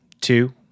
two